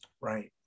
Right